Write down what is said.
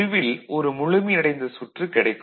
முடிவில் ஒரு முழுமையடைந்த சுற்று கிடைக்கும்